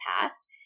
past